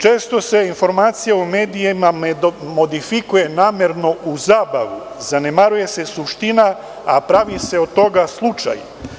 Često se informacija u medijima modifikuje namerno u zabavu, zanemaruje se suština, a pravi se od toga slučaj.